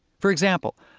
for example,